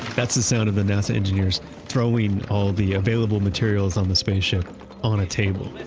that's the sound of the nasa engineers throwing all the available materials on the space ship on a table